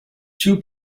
two